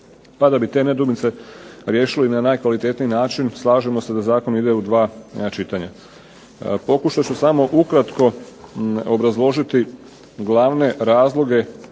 pa da bi te nedoumice riješili na najkvalitetniji način slažemo se da zakon ide u dva čitanja. Pokušat ću samo ukratko obrazložiti glavne razloge